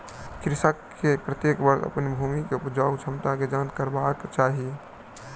कृषक के प्रत्येक वर्ष अपन भूमि के उपजाऊ क्षमता के जांच करेबाक चाही